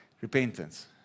Repentance